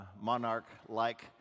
monarch-like